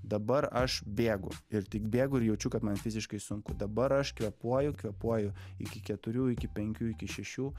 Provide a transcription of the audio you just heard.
dabar aš bėgu ir tik bėgu ir jaučiu kad man fiziškai sunku dabar aš kvėpuoju kvėpuoju iki keturių iki penkių iki šešių